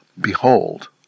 behold